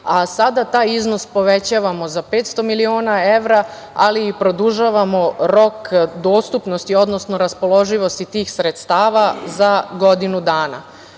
a sada taj iznos povećavamo za 500 miliona evra, ali i produžavamo rok dostupnosti, odnosno raspoloživosti tih sredstava za godinu dana. Prema